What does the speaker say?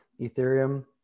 Ethereum